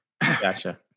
Gotcha